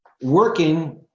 working